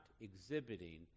exhibiting